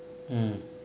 mm